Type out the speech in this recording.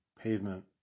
pavement